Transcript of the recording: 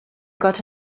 got